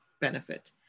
benefit